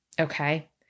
okay